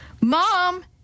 Mom